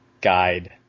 guide